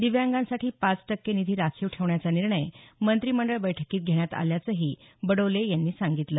दिव्यांगांसाठी पाच टक्के निधी राखीव ठेवण्याचा निर्णय मंत्रिमंडळ बैठकीत घेण्यात आल्याचंही बडोले यांनी सांगितलं